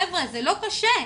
חבר'ה, זה לא קשה.